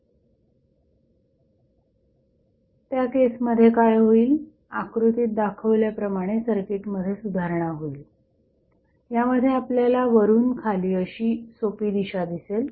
त्या केसमध्ये काय होईल आकृतीत दाखवल्याप्रमाणे सर्किटमध्ये सुधारणा होईल यामध्ये आपल्याला वरून खाली अशी सोपी दिशा दिसेल